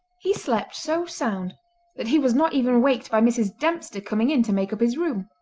he slept so sound that he was not even waked by mrs. dempster coming in to make up his room.